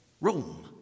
Rome